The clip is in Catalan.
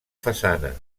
façana